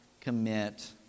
commit